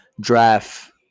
draft